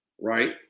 right